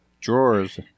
Drawers